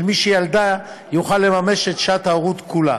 מי שילדה יוכל לממש את שעת ההורות כולה